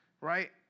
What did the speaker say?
right